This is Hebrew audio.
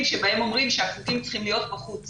וכתומים בהם אומרים שהחוגים צריכים להיות בחוץ